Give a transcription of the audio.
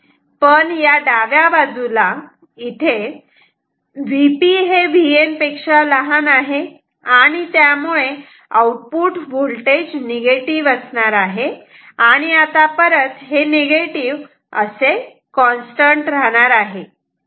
पण या डाव्या बाजूला Vp Vn आहे आणि त्यामुळे आउटपुट व्होल्टेज निगेटिव्ह असणार आहे आणि आता परत हे निगेटिव्ह असे कॉन्स्टंट राहणार आहे